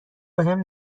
بهم